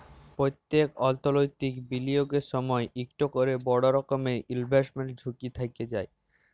প্যত্তেক অথ্থলৈতিক বিলিয়গের সময়ই ইকট ক্যরে বড় রকমের ইলভেস্টমেল্ট ঝুঁকি থ্যাইকে যায়